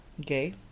Gay